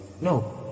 No